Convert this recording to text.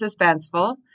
suspenseful